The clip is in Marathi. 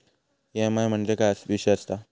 ई.एम.आय म्हणजे काय विषय आसता?